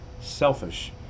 selfish